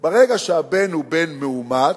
ברגע שהבן הוא בן מאומץ,